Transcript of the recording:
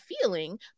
feeling